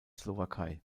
slowakei